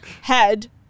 head